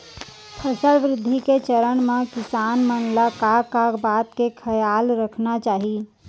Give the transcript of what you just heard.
फसल वृद्धि के चरण म किसान मन ला का का बात के खयाल रखना चाही?